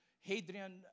Hadrian